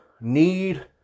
need